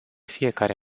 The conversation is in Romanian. fiecare